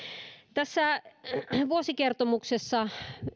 tässä vuosikertomuksessa